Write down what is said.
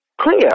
clear